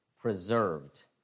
Preserved